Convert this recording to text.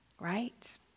Right